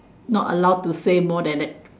not allowed to say more than that